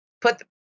put